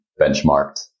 benchmarked